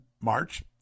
March